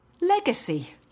Legacy